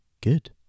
good